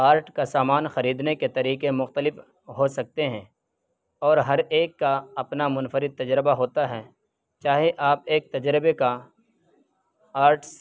art کا سامان خریدنے طریقے مختلف ہو سکتے ہیں اور ہر ایک کا اپنا منفرد تجربہ ہوتا ہے چاہے آپ ایک تجربے کا آرٹس